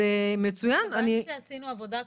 בגלל שעשינו עבודה,